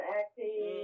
acting